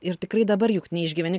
ir tikrai dabar juk neišgyveni